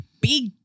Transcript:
big